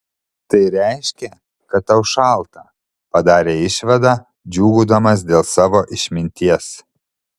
tai reiškia kad tau šalta padarė išvadą džiūgaudamas dėl savo išminties